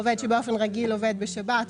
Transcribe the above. עובד שבאופן רגיל עובד בשבת,